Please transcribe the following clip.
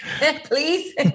please